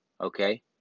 okay